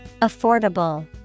Affordable